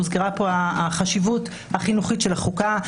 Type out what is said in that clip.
הוזכרה פה החשיבות החינוכית של החוקה.